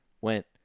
went